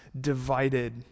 divided